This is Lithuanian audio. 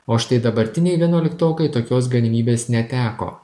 o štai dabartiniai vienuoliktokai tokios galimybės neteko